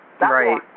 Right